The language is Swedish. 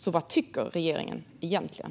Så vad tycker regeringen egentligen?